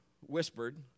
whispered